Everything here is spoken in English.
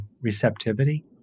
receptivity